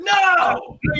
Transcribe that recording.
No